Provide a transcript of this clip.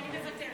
אני מוותרת.